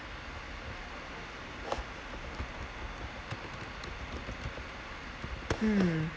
mm